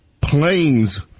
planes